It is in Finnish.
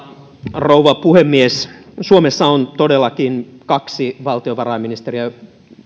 rouva puhemies suomessa on lähihistoriassa todellakin kaksi valtiovarainministeriä